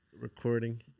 Recording